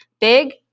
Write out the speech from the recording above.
big